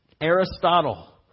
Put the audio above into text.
Aristotle